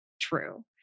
true